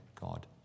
God